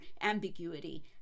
ambiguity